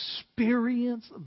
experience